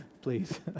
Please